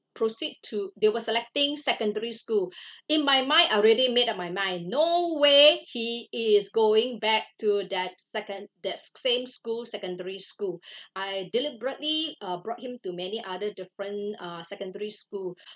proceed to they were selecting secondary school in my mind I already made up my mind no way he is going back to that second that same school secondary school I deliberately uh brought him to many other different uh secondary school